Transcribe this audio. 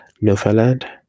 Newfoundland